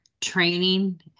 training